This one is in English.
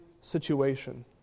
situation